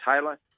Taylor